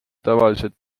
tavaliselt